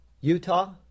Utah